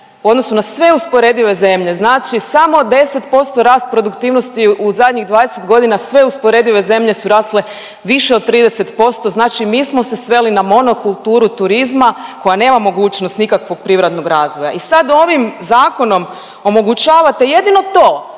u odnosu na sve usporedive zemlje. Znači samo 10% rast produktivnosti u zadnjih 20 godina sve usporedive zemlje su rasle više od 30%, znači mi smo se sveli na monokulturu turizma koja nema mogućnost nikakvog privrednog razvoja. I sad ovim zakonom omogućavate jedino to,